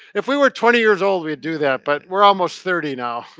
if we were twenty years old we'd do that. but we're almost thirty now.